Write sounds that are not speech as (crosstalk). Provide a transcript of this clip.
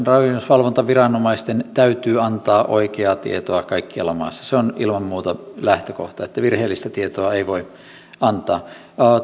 (unintelligible) rakennusvalvontaviranomaisten täytyy antaa oikeaa tietoa kaikkialla maassa se on ilman muuta lähtökohta että virheellistä tietoa ei voi antaa